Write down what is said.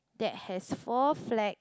that has four flag